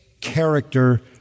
character